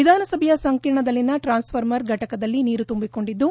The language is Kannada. ವಿಧಾನಸಭೆಯ ಸಂಕೀರ್ಣದಲ್ಲಿನ ಟ್ರಾನ್ಫಾರ್ರರ್ ಫಟಕದಲ್ಲಿ ನೀರು ತುಂಬಿಕೊಂಡಿದ್ದು